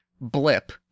blip